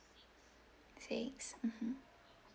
six mmhmm